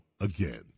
again